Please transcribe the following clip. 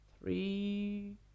Three